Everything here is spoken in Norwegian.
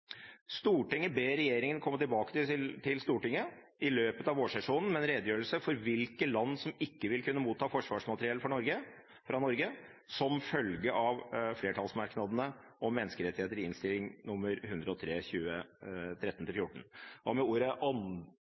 ber regjeringen komme tilbake til Stortinget i løpet av vårsesjonen med en redegjørelse for hvilke land som ikke vil kunne motta forsvarsmateriell fra Norge som følge av flertallsmerknadene om menneskerettigheter i Innst. 103